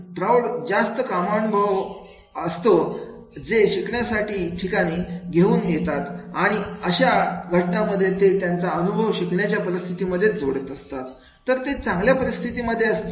प्रौढ जास्त कामासंबंधी अनुभव असतो जे शिकण्याच्या ठिकाणी घेऊन येतात आणि अशा घटनांमध्ये ते त्यांचा अनुभव शिकण्याच्या परिस्थितीमध्ये जोडत असतील तर ते चांगल्या स्थितीमध्ये असतील